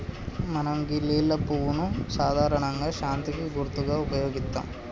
మనం గీ లిల్లీ పువ్వును సాధారణంగా శాంతికి గుర్తుగా ఉపయోగిత్తం